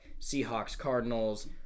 Seahawks-Cardinals